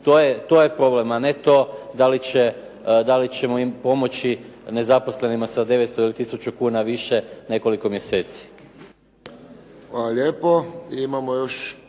to je problem, a ne to da li ćemo im pomoći nezaposlenima sa 900 ili 1000 kuna više nekoliko mjeseci.